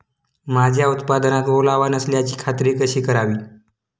माझ्या उत्पादनात ओलावा नसल्याची खात्री कशी करावी?